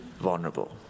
vulnerable